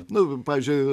nu pavyzdžiui